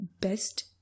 best